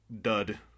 dud